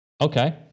Okay